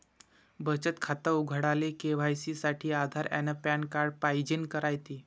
बचत खातं उघडाले के.वाय.सी साठी आधार अन पॅन कार्ड पाइजेन रायते